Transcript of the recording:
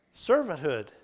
Servanthood